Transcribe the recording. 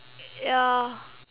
ya